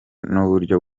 n’uburyo